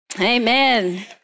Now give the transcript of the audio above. Amen